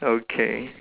okay